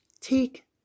Take